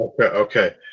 okay